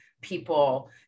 people